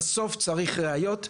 אבל בסוף צריך ראיות,